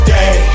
day